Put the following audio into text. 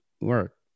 work